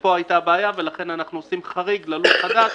ופה הייתה בעיה, ולכן אנחנו עושים חריג ללול חדש